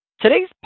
Today's